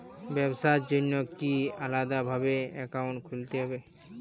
ব্যাবসার জন্য কি আলাদা ভাবে অ্যাকাউন্ট খুলতে হবে?